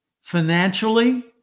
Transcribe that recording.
financially